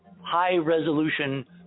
high-resolution